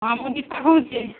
ହଁ ମୁଁ ଦୀପା କହୁଛି